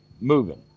moving